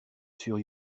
sur